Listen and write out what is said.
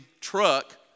truck